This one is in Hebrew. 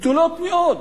גדולות מאוד,